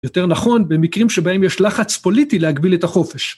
יותר נכון, במקרים שבהם יש לחץ פוליטי להגביל את החופש.